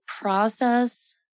process